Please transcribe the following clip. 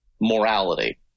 morality